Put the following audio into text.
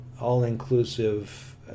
all-inclusive